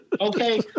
okay